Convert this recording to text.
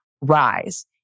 rise